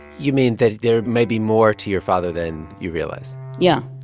you mean that there may be more to your father than you realize yeah